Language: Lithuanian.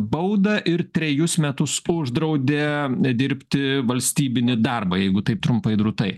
baudą ir trejus metus uždraudė dirbti valstybinį darbą jeigu taip trumpai drūtai